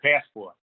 passport